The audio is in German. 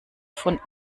von